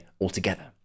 altogether